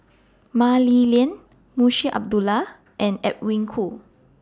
Mah Li Lian Munshi Abdullah and Edwin Koo